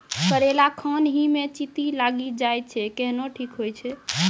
करेला खान ही मे चित्ती लागी जाए छै केहनो ठीक हो छ?